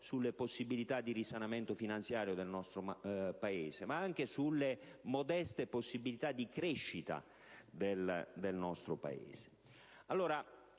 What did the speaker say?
sulle possibilità di risanamento finanziario del nostro Paese, ma anche sulle sue modeste possibilità di crescita. Il Ministro